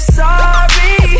sorry